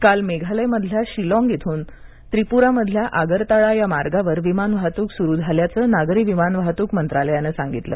काल मेघालय मधल्या शिलॉंग इथून त्रिपुरामधल्या आगरताळा या मार्गावर विमान वाहतूक सुरू झाल्याचं नागरी विमान वाहतूक मंत्रालयानं सांगितलं